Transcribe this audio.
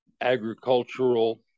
agricultural